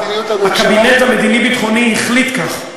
הקבינט המדיני-ביטחוני החליט כך,